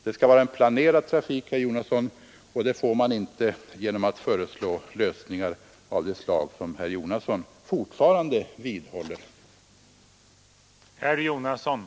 Det skall vara en planerad trafik, herr Jonasson, och det får man inte genom att föreslå lösningar av det slag som herr Jonasson fortfarande håller fast vid.